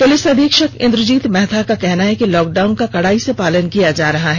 police अधीक्षक इंद्रजीत महथा का कहना है कि लॉकडाउन का कड़ाई से पालन किया जा रहा है